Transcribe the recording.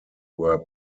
were